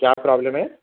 کیا پرابلم ہے